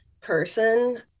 person